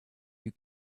you